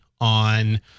On